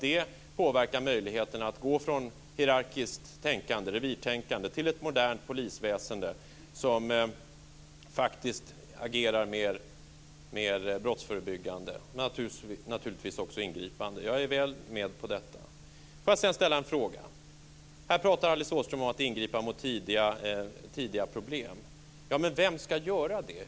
Det påverkar möjligheten att gå från hierarkiskt tänkande, revirtänkande, till ett modernt polisväsende som faktiskt agerar mer brottsförebyggande och naturligtvis också ingripande. Jag är med på detta. Får jag sedan ställa en fråga. Alice Åström pratar om att man ska ingripa mot tidiga problem. Vem ska göra det?